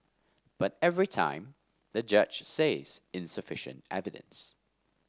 but every time the judge says insufficient evidence